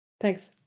thanks